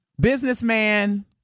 Businessman